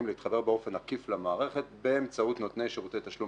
להתחבר באופן עקיף למערכת באמצעות נותני שירותי תשלום